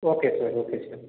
okay sir okay sir